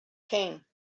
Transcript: came